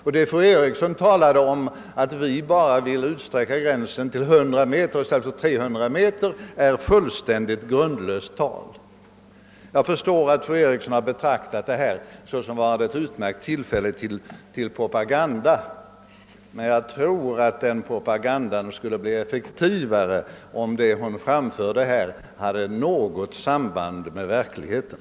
Fru Erikssons tal om att vi ville utsträcka gränsen bara till 100 meter i stället för till 300 meter är helt grundlöst. Jag förstår att fru Eriksson betraktar detta tillfälle såsom utmärkt för att göra propaganda, men jag tror att propagandan skulle bli effektivare om det fru Eriksson framförde hade något samband med verkligheten.